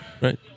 right